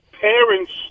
parents